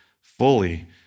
fully